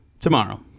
tomorrow